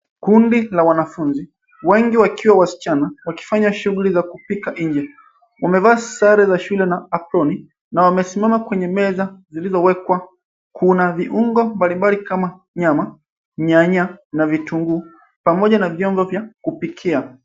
Kundi la wanafunzi, wengi wakiwa wasichana wakifanya shughuli za kupika nje. Wamevaa sare za shule na aproni na wamesimama kwenye meza zilizowekwa. Kuna viungo mbalimbali kama nyama, nyanya na vitunguu pamoja na vyombo vya kupikia.